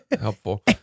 helpful